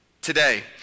Today